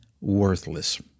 worthless